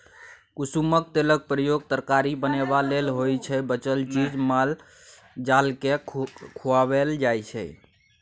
कुसुमक तेलक प्रयोग तरकारी बनेबा लेल होइ छै बचल चीज माल जालकेँ खुआएल जाइ छै